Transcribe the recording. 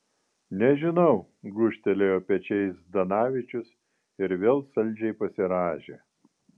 nežinau gūžtelėjo pečiais zdanavičius ir vėl saldžiai pasirąžė